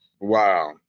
Wow